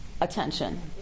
Attention